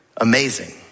amazing